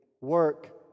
work